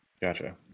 Gotcha